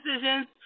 decisions